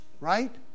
right